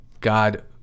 God